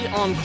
on